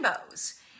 rainbows